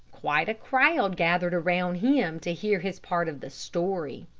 quite a crowd gathered around him to hear his part of the story.